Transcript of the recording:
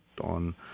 on